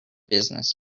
business